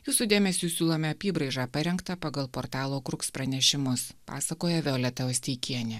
jūsų dėmesiui siūlome apybraižą parengtą pagal portalo kruks pranešimus pasakoja violeta osteikienė